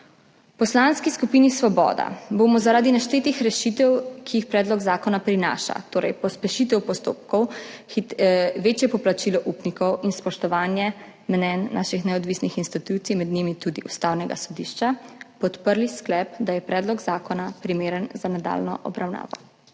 V Poslanski skupini Svoboda bomo zaradi naštetih rešitev, ki jih predlog zakona prinaša, torej pospešitev postopkov, večje poplačilo upnikov in spoštovanje mnenj naših neodvisnih institucij, med njimi tudi Ustavnega sodišča, podprli sklep, da je predlog zakona primeren za nadaljnjo obravnavo.